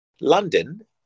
London